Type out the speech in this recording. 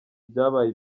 byabaye